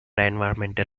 environmental